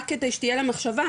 רק כדי שתהיה למחשבה,